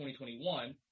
2021